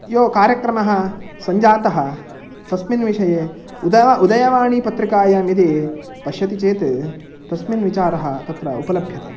यो कार्यक्रमः सञ्जातः तस्मिन् विषये उदय उदय वाणिपत्रिकायां यदि पश्यति चेत् तस्मिन् विचारः तत्र उपलभ्यते